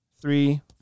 three